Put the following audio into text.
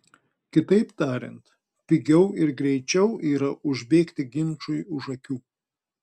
kitaip tariant pigiau ir greičiau yra užbėgti ginčui už akių